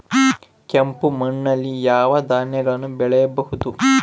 ಕೆಂಪು ಮಣ್ಣಲ್ಲಿ ಯಾವ ಧಾನ್ಯಗಳನ್ನು ಬೆಳೆಯಬಹುದು?